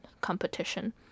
competition